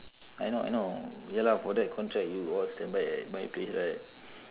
I know I know ya lah for that contract you all standby at my place right